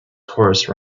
horse